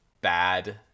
bad